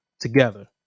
together